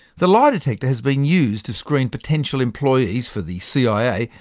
the lie detector has been used to screen potential employees for the cia.